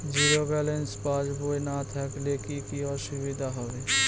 Zero balance পাসবই না থাকলে কি কী অসুবিধা হবে?